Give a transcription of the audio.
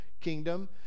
kingdom